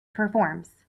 performs